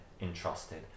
entrusted